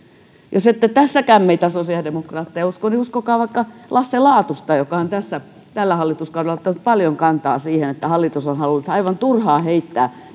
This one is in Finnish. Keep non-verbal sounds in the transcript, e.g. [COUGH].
jos ette tässäkään meitä sosiaalidemokraatteja usko niin uskokaa vaikka lasse laatusta joka on tällä hallituskaudella ottanut paljon kantaa siihen että hallitus on halunnut aivan turhaan heittää [UNINTELLIGIBLE]